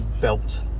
belt